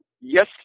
Yes